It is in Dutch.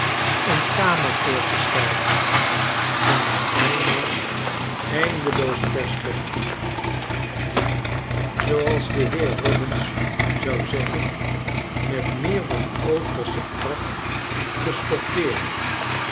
een kamer voorgesteld van een bijna eindeloos perspectief die zooals de heer robins zou zeggen met meer